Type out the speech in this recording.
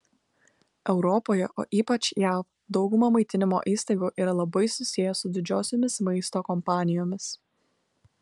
europoje o ypač jav dauguma maitinimo įstaigų yra labai susiję su didžiosiomis maisto kompanijomis